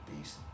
Beast